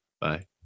Bye